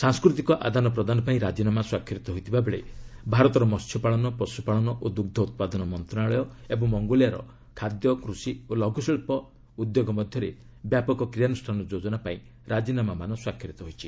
ସାଂସ୍କୃତିକ ଆଦାନ ପ୍ରଦାନ ପାଇଁ ରାଜିନାମା ସ୍ୱାକ୍ଷରିତ ହୋଇଥିବାବେଳେ ଭାରତର ମହ୍ୟପାଳନ ପଶୁପାଳନ ଓ ଦୁଗ୍ଧ ଉତ୍ପାଦନ ମନ୍ତ୍ରଣାଳୟ ଏବଂ ମଙ୍ଗୋଲିଆର ଖାଦ୍ୟ କୃଷି ଓ ଲଘୁଶିଳ୍ପ ମନ୍ତ୍ରଣାଳୟ ମଧ୍ୟରେ ବ୍ୟାପକ କ୍ରିୟାନୁଷ୍ଠାନ ଯୋଜନା ପାଇଁ ରାଜିନାମାମାନ ସ୍ୱାକ୍ଷରିତ ହୋଇଛି